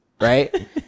Right